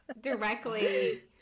directly